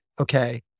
Okay